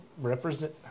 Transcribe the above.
represent